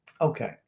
okay